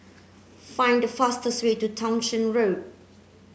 find the fastest way to Townshend Road